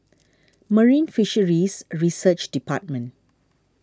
Marine Fisheries Research Department